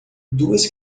duas